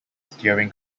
steering